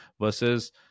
versus